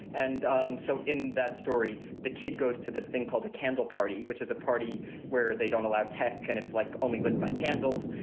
and um so in that story, the kid goes to this thing called a candle party, which is a party where they don't allow tech and it's like only lit by candles.